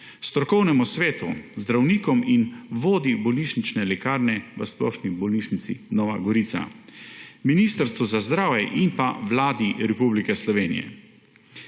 strokovnemu svetu, zdravnikom in vodji bolnišnične lekarne v Splošni bolnišnici Nova Gorica, Ministrstvu za zdravje in pa Vladi Republike Slovenije.